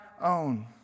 own